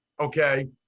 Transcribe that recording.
okay